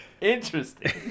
Interesting